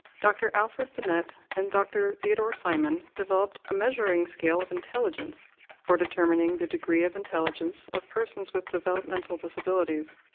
dr. alfred binet and dr. theodore simon developed a measuring scale of intelligence for determining the degree of intelligence of persons with developmental disabilities.